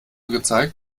gezeigt